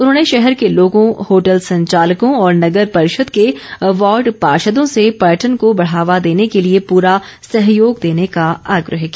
उन्होंने शहर के लोगों होटल संचालकों और नगर परिषद के वार्ड पार्षदों से पर्यटन को बढ़ावा देने के लिए पूरा सहयोग देने का आग्रह किया